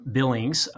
Billings